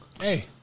Hey